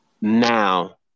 now